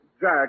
Jack